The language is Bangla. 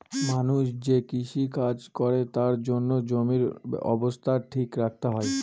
মানুষ যে কৃষি কাজ করে তার জন্য জমির অবস্থা ঠিক রাখতে হয়